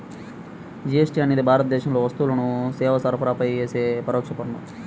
GST అనేది భారతదేశంలో వస్తువులు, సేవల సరఫరాపై యేసే పరోక్ష పన్ను